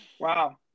wow